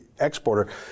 exporter